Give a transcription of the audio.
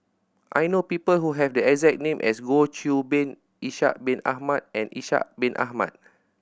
I know people who have the exact name as Goh Qiu Bin Ishak Bin Ahmad and Ishak Bin Ahmad